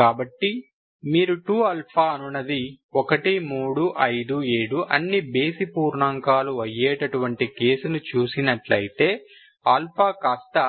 కాబట్టి మీరు 2 అనునది 1 3 5 7 అన్ని బేసి పూర్ణాంకాలు అయ్యేటట్టువంటి కేసుని చూసినట్లయితే కాస్తా